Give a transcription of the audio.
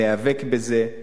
להיאבק בזה.